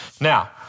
Now